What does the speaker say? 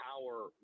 power